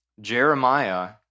Jeremiah